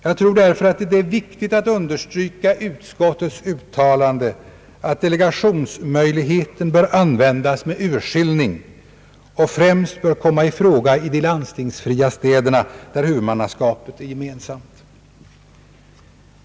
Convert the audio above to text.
Jag tror därför att det är viktigt att understryka utskottets uttalande att delegationsmöjligheter bör användas med urskillning och främst bör komma i fråga i de landstingsfria städerna, där huvudmannaskapet är gemensamt.